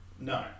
no